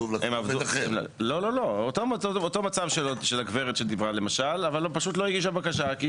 למשל אותו מצב של הגברת שדיברה קודם לכן אבל היא פשוט לא הגישה בקשה.